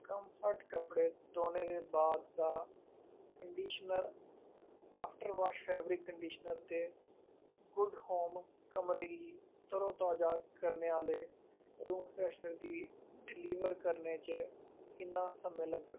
comfort कपड़े धोने दे बाद दा कंडीशनर आफटर वाशर दे ऐवर कंडीशनर ते गुड होम कमरे गी तरोताजा करने आह्ले रूम फरैशनर दी गी डलीवर करने च किन्ना समां लग्गग